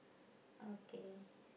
okay